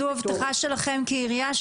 זו הבטחה שלכם כעירייה?